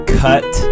cut